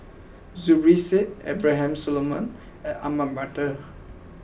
Zubir Said Abraham Solomon and Ahmad Mattar